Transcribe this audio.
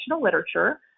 literature